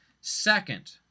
second